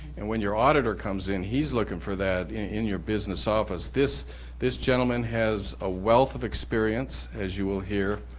and when your auditor comes in, he's looking for that in your business office. this this gentleman has a wealth of experience, as you will hear